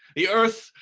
the earth,